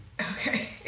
Okay